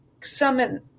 summon